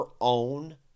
own